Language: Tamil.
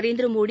நரேந்திரமோடி